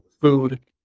food